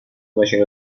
ماشین